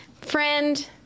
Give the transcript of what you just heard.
friend